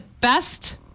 best